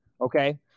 okay